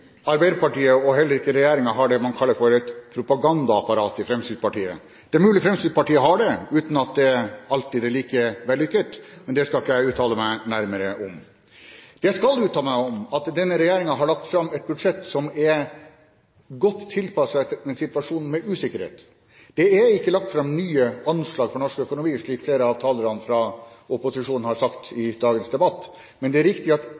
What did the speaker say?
Arbeiderpartiet og heller ikke regjeringen har det Solvik-Olsen kaller for en propagandaavdeling. Det er mulig Fremskrittspartiet har det uten at det alltid er like vellykket, men det skal ikke jeg uttale meg nærmere om. Det jeg skal uttale meg om, er at denne regjeringen har lagt fram et budsjett som er godt tilpasset en situasjon med usikkerhet. Det er ikke lagt fram nye anslag for norsk økonomi, slik flere av talerne fra opposisjonen har sagt i dagens debatt, men det er riktig at